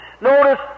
Notice